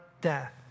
death